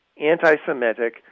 anti-Semitic